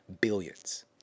billions